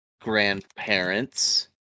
grandparents